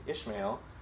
Ishmael